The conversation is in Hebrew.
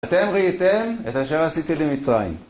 אתם ראיתם את אשר עשיתי למצריים